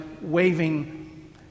waving